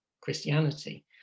Christianity